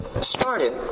started